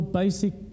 basic